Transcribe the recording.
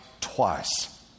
twice